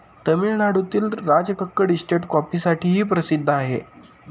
तामिळनाडूतील राजकक्कड इस्टेट कॉफीसाठीही प्रसिद्ध आहे